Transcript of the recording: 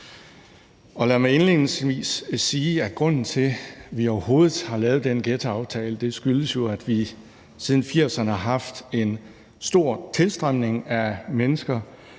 Lad mig indledningsvis sige, at grunden til, at vi overhovedet har lavet den ghettoaftale, er, at vi siden 1980'erne har haft en stor tilstrømning af mennesker